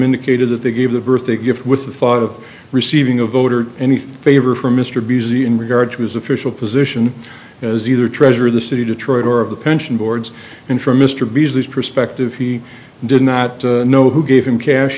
indicated that they gave the birthday gift with the thought of receiving a voter any favor from mr buzi in regard to his official position as either treasurer of the city detroit or of the pension boards and from mr beazley perspective he did not know who gave him cash